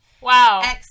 wow